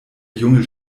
junge